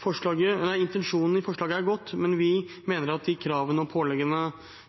forslaget er god, men vi mener at de kravene og